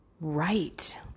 right